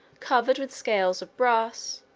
covered with scales of brass,